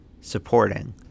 supporting